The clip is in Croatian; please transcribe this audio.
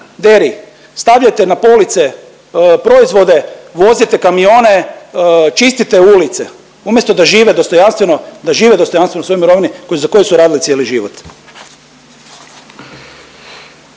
deri, stavljajte na police proizvode, vozite kamione, čistite ulice, umjesto da žive dostojanstveno, da žive dostojanstveno u svojoj mirovini za koju su radili cijeli život.